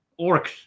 orcs